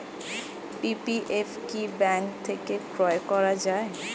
PPF কি bank থেকে ক্রয় করা যায়?